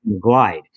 glide